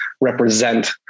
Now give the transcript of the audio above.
represent